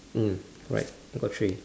mm correct got three